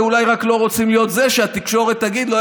ואולי רק לא רוצים להיות זה שהתקשורת תגיד לו,